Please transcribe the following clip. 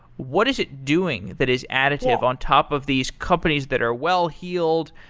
what is it doing that is additive on top of these companies that are well-healed,